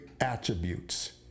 attributes